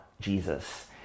Jesus